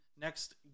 Next